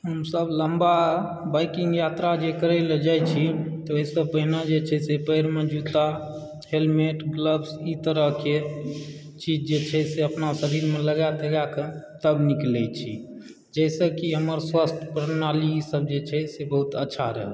हमसभ लम्बा बाइकिंग यात्रा जे करयलऽ जैत छी तऽ ओहिसँ पहिने जे छै से पएरमऽ जूता हेलमेट ग्लब्स ई तरहकेँ चीज जे छै अपना शरीरमे लगा तगाकऽ तब निकलैत छी जाहिसँ कि हमर स्वास्थ्य प्रणाली इसभ जे छै से बहुत अच्छा रहय